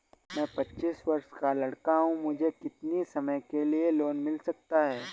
मैं पच्चीस वर्ष का लड़का हूँ मुझे कितनी समय के लिए लोन मिल सकता है?